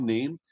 Name